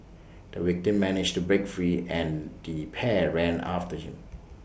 the victim managed to break free and the pair ran after him